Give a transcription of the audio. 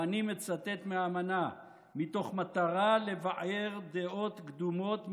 ואני מצטט מהאמנה: "מתוך מטרה לבער דעות קדומות,